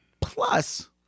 Plus